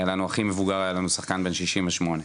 היה לנו הכי מבוגר שחקן בן שישים ושמונה.